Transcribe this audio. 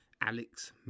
Alex